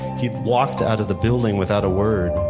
he walked out of the building without a word.